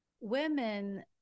women